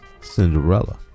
Cinderella